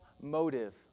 motive